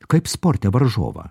kaip sporte varžovą